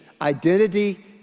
Identity